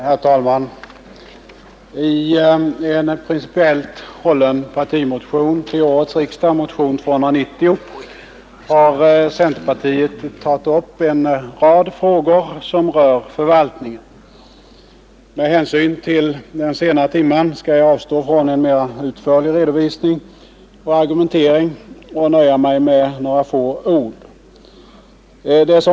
Herr talman! I en principiellt hållen partimotion till årets riksdag, motion nr 290, har centerpartiet tagit upp en rad frågor som rör förvaltningen. Med hänsyn till den sena timmen skall jag avstå från en mera utförlig redovisning och argumentering och nöja mig med några få ord.